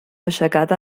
aixecat